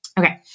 Okay